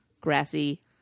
Grassy